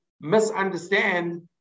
misunderstand